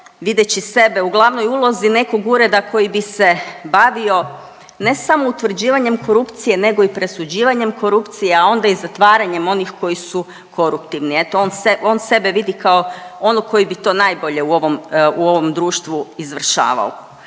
videći sebe u glavnoj ulozi nekog ureda koji bi se bavio ne samo utvrđivanjem korupcije nego i presuđivanjem korupcije, a onda i zatvaranjem onih koji su koruptivni. Eto on se, on sebe vidi kao onog koji bi to najbolje u ovom, u ovom društvu izvršavao.